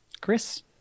Chris